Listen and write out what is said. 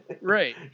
Right